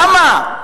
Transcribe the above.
למה?